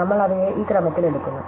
നമ്മൾ അവയെ ഈ ക്രമത്തിൽ എടുക്കുന്നു